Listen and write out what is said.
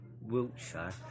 Wiltshire